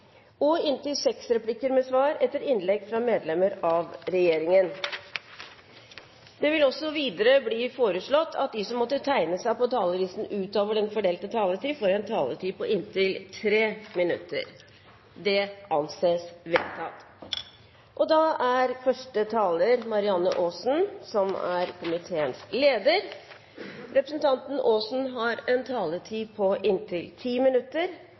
på inntil fire replikker med svar etter innlegg fra partienes hovedtalere og inntil seks replikker med svar etter innlegg fra medlemmer av regjeringen innenfor den fordelte taletid. Det vil videre bli foreslått at de som måtte tegne seg på talerlisten utover den fordelte taletid, får en taletid på inntil 3 minutter. – Det anses vedtatt. Dette har vært en